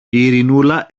ειρηνούλα